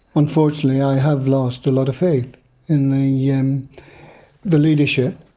unfortunately i have lost a lot of faith in the yeah in the leadership.